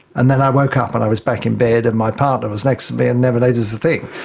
and then i woke up and i was back in bed and my partner was next to me and never noticed a thing.